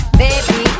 baby